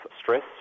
stress